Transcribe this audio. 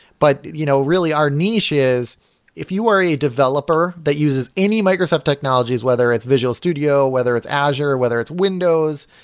but you know really, our niche is if you were a developer that uses any microsoft technologies, whether it's visual studio, whether it azure, whether it's windows,